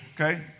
Okay